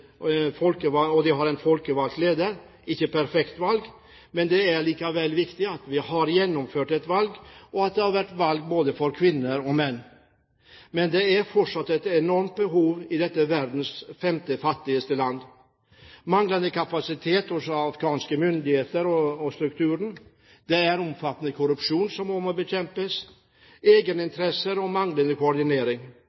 en folkevalgt leder. Det var ikke et perfekt valg, men det er likevel viktig at det er gjennomført et valg, og at det har vært valg for både kvinner og menn. Men det er fortsatt et enormt behov i dette verdens femte fattigste land. Det er manglende kapasitet hos afghanske myndigheter og strukturer. Det er omfattende korrupsjon som også må bekjempes.